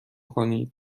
کنید